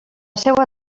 seua